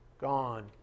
gone